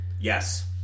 Yes